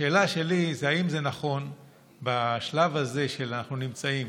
השאלה שלי היא אם זה נכון בשלב הזה שבו אנחנו נמצאים,